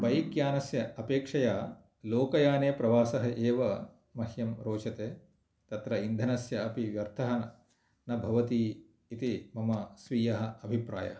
बैक्यानस्य अपेक्षया लोकयाने प्रवासः एव मह्यं रोचते तत्र इन्धनस्य अपि व्यर्थः न भवति इति मम स्वीयः अभिप्रायः